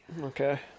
Okay